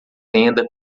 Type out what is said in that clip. tenda